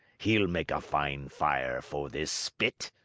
he'll make a fine fire for this spit.